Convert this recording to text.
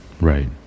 right